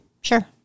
Sure